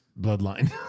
bloodline